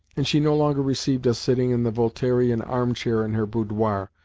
and she no longer received us sitting in the voltairian arm-chair in her boudoir,